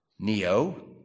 Neo